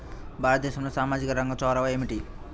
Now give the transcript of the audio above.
భారతదేశంలో సామాజిక రంగ చొరవ ఏమిటి?